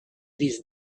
these